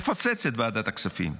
מפוצץ את ועדת הכספים.